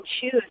choose